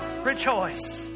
rejoice